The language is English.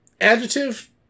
Adjective